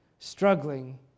Struggling